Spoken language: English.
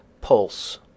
pulse